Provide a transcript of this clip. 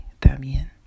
también